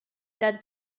that